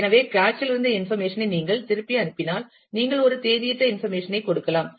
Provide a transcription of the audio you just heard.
எனவே கேச் இல் இருந்த இன்பர்மேஷன் ஐ நீங்கள் திருப்பி அனுப்பினால் நீங்கள் ஒரு தேதியிட்ட இன்பர்மேஷன் ஐ கொடுக்கலாம்